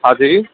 हा जी